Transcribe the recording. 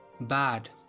bad